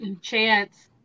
Chance